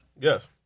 Yes